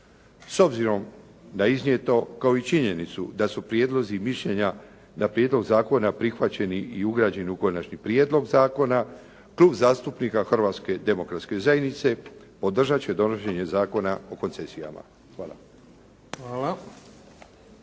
S obzirom na iznijeto kao i činjenicu da su prijedlozi i mišljenja na prijedlog zakona prihvaćeni i ugrađeni u konačni prijedlog zakona Klub zastupnika Hrvatske demokratske zajednice podržat će donošenje Zakona o koncesijama. Hvala